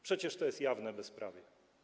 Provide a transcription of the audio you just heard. Przecież to jest jawne bezprawie.